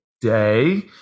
day